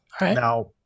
Now